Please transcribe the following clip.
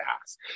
ask